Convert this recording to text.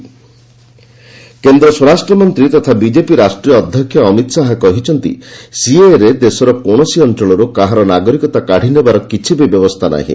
ଶାହା ଜବଲପୁର କେନ୍ଦ୍ର ସ୍ୱରାଷ୍ଟ୍ରମନ୍ତ୍ରୀ ତଥା ବିଜେପି ରାଷ୍ଟ୍ରୀୟ ଅଧ୍ୟକ୍ଷ ଅମିତ ଶାହା କହିଛନ୍ତି ସିଏଏରେ ଦେଶର କୌଣସି ଅଞ୍ଚଳରୁ କାହାର ନାଗରିକତା କାଡିନେବାର କିଛି ବି ବ୍ୟବସ୍ଥା ନାହିଁ